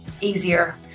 easier